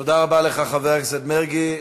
תודה רבה לך, חבר הכנסת מרגי.